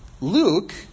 Luke